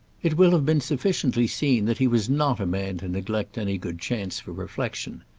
it will have been sufficiently seen that he was not a man to neglect any good chance for reflexion.